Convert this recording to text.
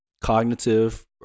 cognitive